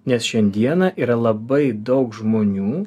nes šiandieną yra labai daug žmonių